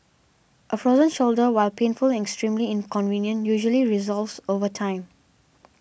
a frozen shoulder while painful and extremely inconvenient usually resolves over time